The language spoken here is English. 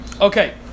okay